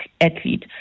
athlete